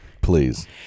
please